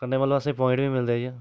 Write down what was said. कन्नै मतलब असेंगी प्वाइंट बी मिलदे जी